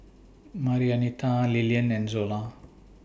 Marianita Lillian and Zola